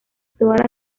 todas